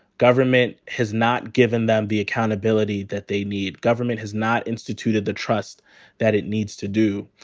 government has not given them the accountability that they need. government has not instituted the trust that it needs to do.